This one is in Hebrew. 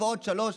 ועוד שלושה,